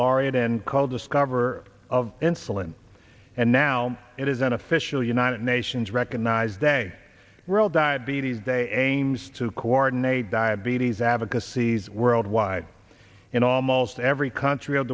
laureate and called discover of insulin and now it is an official united nations recognize day world diabetes day aims to warton a diabetes advocacies worldwide in almost every country of